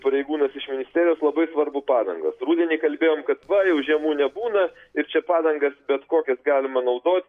pareigūnas iš ministerijos labai svarbu padangos rudenį kalbėjom kad va jau žiemų nebūna ir čia padangas bet kokias galima naudot